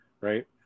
Right